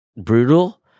brutal